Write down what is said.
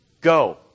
Go